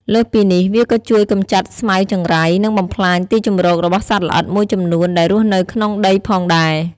លើសពីនេះ វាក៏ជួយកម្ចាត់ស្មៅចង្រៃ និងបំផ្លាញទីជម្រករបស់សត្វល្អិតមួយចំនួនដែលរស់នៅក្នុងដីផងដែរ។